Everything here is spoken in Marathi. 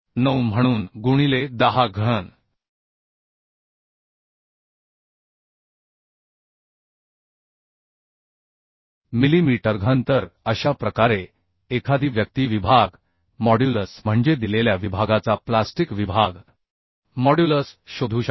9म्हणून गुणिले 10 घन मिलीमीटर घन तर अशा प्रकारे एखादी व्यक्ती विभाग मॉड्युलस म्हणजे दिलेल्या विभागाचा प्लास्टिक विभाग मॉड्युलस शोधू शकते